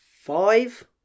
five